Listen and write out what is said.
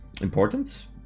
important